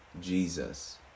Jesus